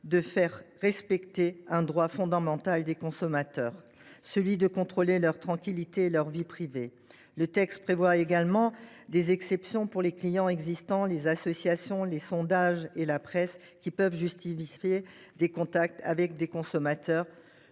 de faire respecter un droit fondamental des consommateurs : celui de contrôler leur tranquillité et leur vie privée. Le texte prévoit également des exceptions pour les clients existants, pour les associations, pour les sondages et pour la presse, tous secteurs pouvant justifier des contacts avec les consommateurs.